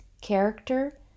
character